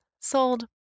sold